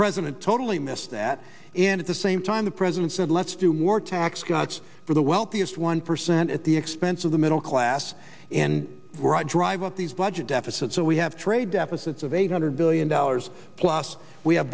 president totally missed that in at the same time the president said let's do more tax cuts for the wealthiest one percent at the expense of the middle class and drive up these budget deficit so we have trade deficits of eight hundred billion dollars plus we have